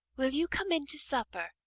will you come into supper?